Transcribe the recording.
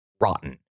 rotten